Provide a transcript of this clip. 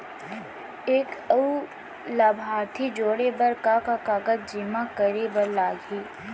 एक अऊ लाभार्थी जोड़े बर का का कागज जेमा करे बर लागही?